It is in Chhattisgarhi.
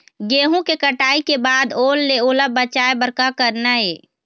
गेहूं के कटाई के बाद ओल ले ओला बचाए बर का करना ये?